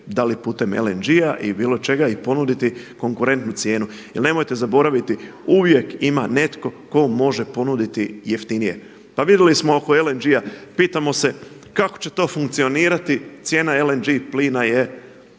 da li putem LNG-a i bilo čega i ponuditi konkurentnu cijenu. Jer nemojte zaboraviti uvijek ima netko tko može ponuditi jeftinije. Pa vidjeli smo oko LNG-a pitamo se kako će to funkcionirati cijena LNG plina je